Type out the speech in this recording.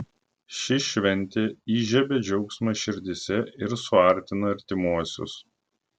ši šventė įžiebia džiaugsmą širdyse ir suartina artimuosius